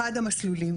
אחד המסלולים,